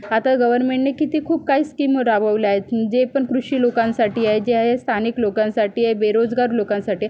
आता गव्हर्मेंटने किती खूप काही स्कीम राबवल्या आहेत जे पण कृषी लोकांसाठी आहे जे आहे स्थानिक लोकांसाठी आहे बेरोजगार लोकांसाठी आहे